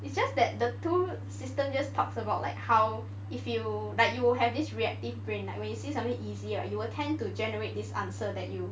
it's just that the two system just talks about like how if you like you will have this reactive brain like when you see something easy right you will tend to generate this answer that you